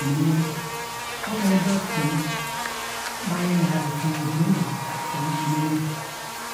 Ani ne re, fofone bha kpam bhanyina rofem hodamana bhata ẏumene,